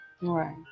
right